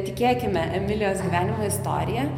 tikėkime emilijos gyvenimo istorija